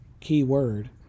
keyword